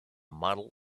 model